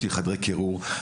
יש לי חדרי קירור,